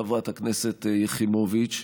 חברת הכנסת יחימוביץ,